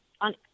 on